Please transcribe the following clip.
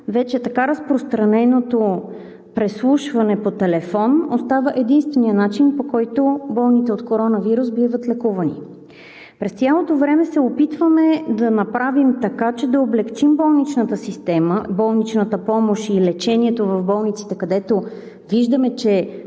вече така разпространеното „преслушване по телефон“ остава единственият начин, по който болните от коронавирус биват лекувани. През цялото време се опитваме да направим така, че да облекчим болничната система, болничната помощ и лечението в болниците, където виждаме, че